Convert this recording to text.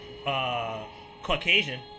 Caucasian